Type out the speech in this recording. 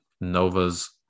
nova's